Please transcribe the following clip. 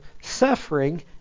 suffering